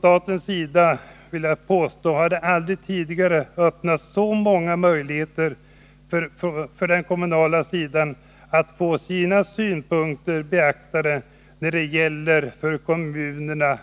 Jag vill påstå att det från statens sida aldrig tidigare har öppnats så många möjligheter för den kommunala sidan att få sina synpunkter beaktade när det gäller kommunernas